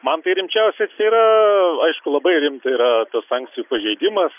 man tai rimčiausias yra aišku labai rimta yra tas sankcijų pažeidimas